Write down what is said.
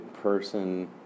person